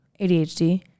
ADHD